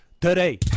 today